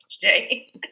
today